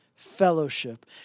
fellowship